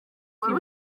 wari